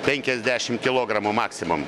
penkiasdešimt kilogramų maksimum